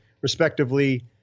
respectively